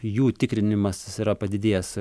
jų tikrinimasis yra padidėjęs